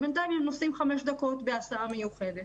אז בינתיים הם נוסעים חמש דקות בהסעה מיוחדת.